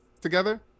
together